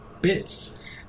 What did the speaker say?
bits